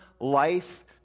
life